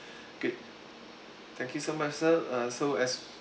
good thank you so much sir uh so as